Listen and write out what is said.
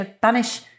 banish